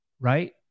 right